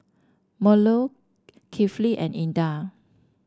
Melur Kifli and Indah